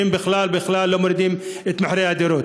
שבכלל בכלל לא מורידים את מחירי הדירות.